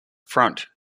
front